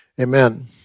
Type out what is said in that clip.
Amen